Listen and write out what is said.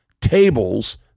tables